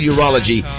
Urology